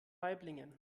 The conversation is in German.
waiblingen